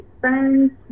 friends